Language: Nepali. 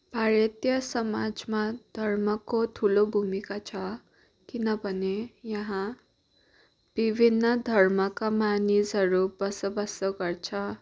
भारतीय समाजमा धर्मको ठुलो भूमिका छ किनभने यहाँ विभिन्न धर्मका मानिसहरू बसोबासो गर्छ